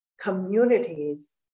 communities